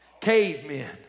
Cavemen